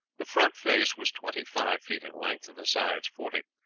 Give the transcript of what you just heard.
the front face was twenty-five feet in length, the sides forty.